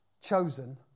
chosen